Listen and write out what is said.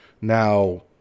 Now